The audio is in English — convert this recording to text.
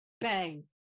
Bang